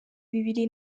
bibiri